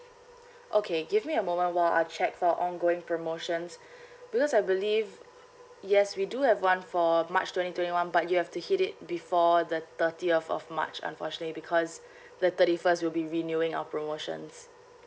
okay give me a moment while I check for ongoing promotions because I believe yes we do have one for march twenty twenty one but you have to hit it before the thirtieth of march unfortunately because the thirty first we'll be renewing our promotions